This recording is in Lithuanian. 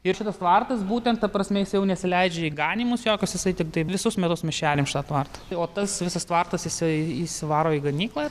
ir šitas tvartas būtent ta prasme jis jau nesileidžia į ganymus jokius jisai tiktai visus metus mes šeriam šitą tvartą o tas visas tvartas jisai išsivaro į ganyklą